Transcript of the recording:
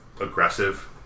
aggressive